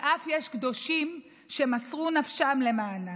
ואף יש קדושים שמסרו נפשם למענה